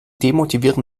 demotivieren